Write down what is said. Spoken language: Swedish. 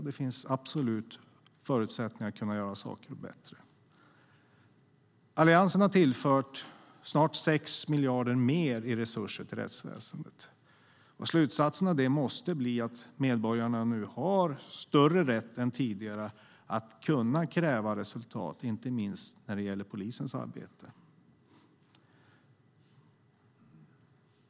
Det finns absolut förutsättningar att kunna göra saker bättre. Alliansen har tillfört snart 6 miljarder mer i resurser till rättsväsendet. Slutsatsen av det måste bli att medborgarna nu har större rätt än tidigare att kräva resultat, inte minst när det gäller polisens arbete.